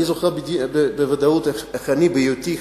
אני זוכר בוודאות איך אני, בהיותי